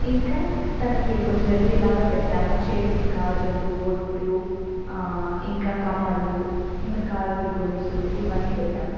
ఇంకా తనకి ఒక జ్యువెల్లరీలాగా పెట్టాను చేతికి గాజులు బొట్టు ఇంకా కమ్మలు ఇంక కాలికి గొలుసులు ఇవన్నీపెట్టాను